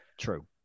true